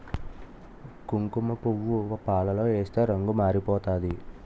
కుంకుమపువ్వు పాలలో ఏస్తే రంగు మారిపోతాది